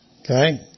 Okay